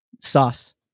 Sauce